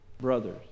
brothers